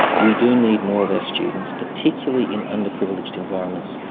we do need more of our students, particularly in underprivileged environments,